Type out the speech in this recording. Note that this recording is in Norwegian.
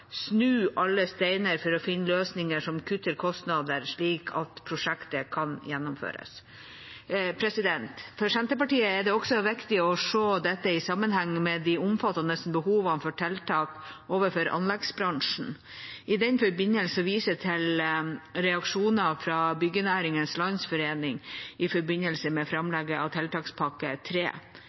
alle steiner for å finne løsninger som kutter kostnader slik at E39 Rogfast-prosjektet kan gjennomføres.» For Senterpartiet er det også viktig å se dette i sammenheng med de omfattende behovene for tiltak overfor anleggsbransjen. I den forbindelse viser jeg til reaksjoner fra sjefen i Byggenæringens Landsforening i forbindelse med framlegget av tiltakspakke